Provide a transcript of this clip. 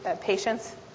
patients